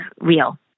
real